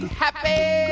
happy